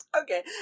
Okay